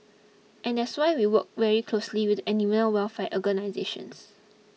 and that's why we work very closely with the animal welfare organisations